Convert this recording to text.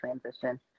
transition